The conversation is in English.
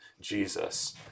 Jesus